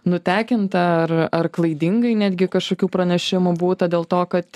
nutekinta ar ar klaidingai netgi kažkokių pranešimų būta dėl to kad